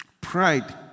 pride